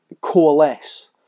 coalesce